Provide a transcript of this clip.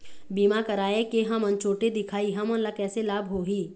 बीमा कराए के हम छोटे दिखाही हमन ला कैसे लाभ होही?